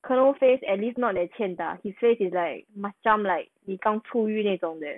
colonel face at least not that 欠打 he says he's like macam like 比较处于那种的